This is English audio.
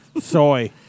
soy